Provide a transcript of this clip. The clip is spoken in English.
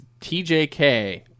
tjk